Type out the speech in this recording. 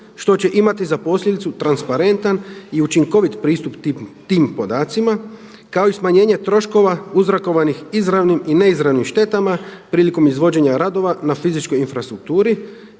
što će imati za posljedicu transparentan i učinkovit pristup tim podacima kao i smanjenje troškova uzrokovanih izravnim i neizravnim štetama prilikom izvođenja radova na fizičkoj infrastrukturi,